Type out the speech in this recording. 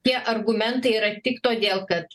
tie argumentai yra tik todėl kad